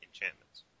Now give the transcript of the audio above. enchantments